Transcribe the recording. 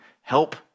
Help